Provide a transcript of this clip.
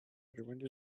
revenge